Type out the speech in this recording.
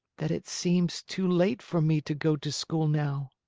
that it seems too late for me to go to school now.